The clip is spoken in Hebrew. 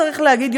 צריך להגיד,